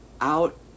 out